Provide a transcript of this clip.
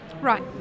Right